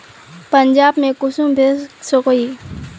पंजाब में कुंसम भेज सकोही?